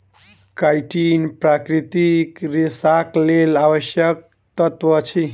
chitin प्राकृतिक रेशाक लेल आवश्यक तत्व अछि